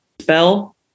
spell